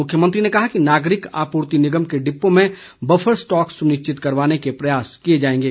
मुख्यमंत्री ने कहा कि नागरिक आपूर्ति निगम के डिपो में बफर स्टॉक सुनिश्चित करवाने के प्रयास किए जाएंगे